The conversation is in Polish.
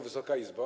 Wysoka Izbo!